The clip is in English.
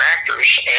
actors